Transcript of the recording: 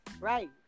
Right